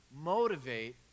motivate